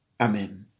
Amen